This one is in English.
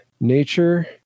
nature